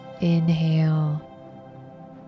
Inhale